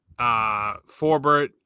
Forbert